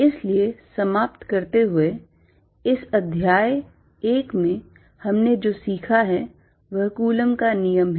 इसलिए समाप्त करते हुए इस अध्याय एक में हमने जो सीखा है वह कूलॉम का नियम है